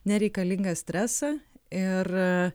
nereikalingą stresą ir